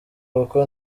kuko